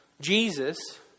Jesus